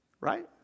Right